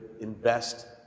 invest